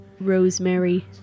rosemary